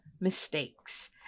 mistakes